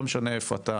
לא משנה איפה אתה,